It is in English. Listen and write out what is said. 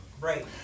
Right